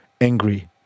angry